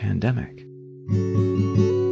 pandemic